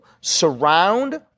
surround